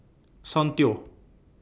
Soundteoh